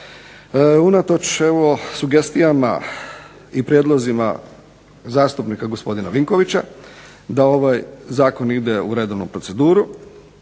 Unatoč sugestijama i prijedlozima zastupnika gospodina Vinkovića da ovaj zakon ide u redovnu proceduru,